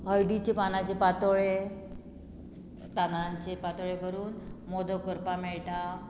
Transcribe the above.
हळदीचे पानाचे पातोळे तानांचे पातोळे करून मोदो करपाक मेळटा